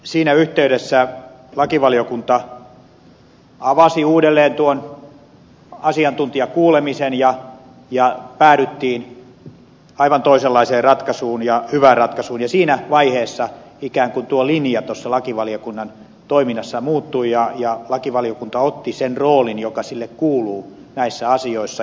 siinä yhteydessä lakivaliokunta avasi uudelleen tuon asiantuntijakuulemisen ja päädyttiin aivan toisenlaiseen ratkaisuun ja hyvään ratkaisuun ja siinä vaiheessa ikään kuin tuo linja tuossa lakivaliokunnan toiminnassa muuttui ja lakivaliokunta otti sen roolin joka sille kuuluu näissä asioissa